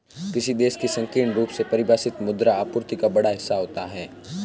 किसी देश की संकीर्ण रूप से परिभाषित मुद्रा आपूर्ति का बड़ा हिस्सा होता है